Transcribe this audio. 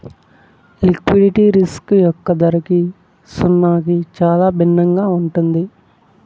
liquidity risk యొక్క ధరకి సున్నాకి చాలా భిన్నంగా ఉంటుంది